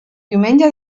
diumenge